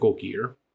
gear